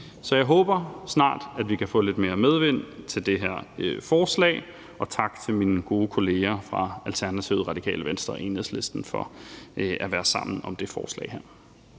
Så jeg håber, at vi snart kan få lidt mere medvind til det her forslag, og jeg vil sige tak til mine gode kollegaer fra Alternativet, Radikale Venstre og Enhedslisten for samarbejdet om det her forslag.